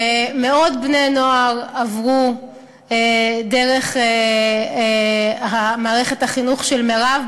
ומאות בני-נוער עברו דרך מערכת החינוך של מירב.